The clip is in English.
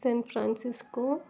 San Francisco